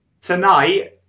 tonight